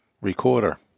recorder